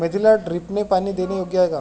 मेथीला ड्रिपने पाणी देणे योग्य आहे का?